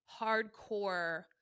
hardcore